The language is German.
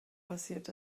passiert